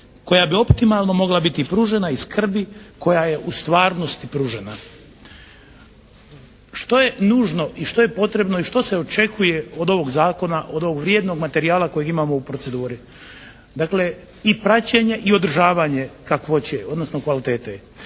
koja bi optimalno mogla biti pružena i skrbi koja je u stvarnosti pružena. Što je nužno i što je potrebno i što se očekuje od ovog zakona, od ovog vrijednog materijala kojeg imamo u proceduri. Dakle, i praćenje i održavanje kakvoće, odnosno kvalitete.